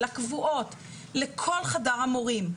לכל חדר המורים,